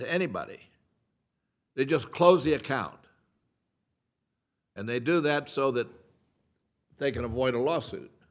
anybody they just close the account and they do that so that they can avoid a lawsuit